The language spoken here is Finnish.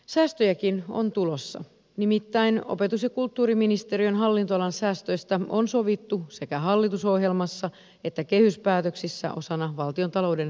säästöjäkin on tulossa nimittäin opetus ja kulttuuriministeriön hallinnonalan säästöistä on sovittu sekä hallitusohjelmassa että kehyspäätöksissä osana valtiontalouden sopeuttamistoimia